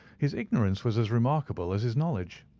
his ignorance was as remarkable as his knowledge.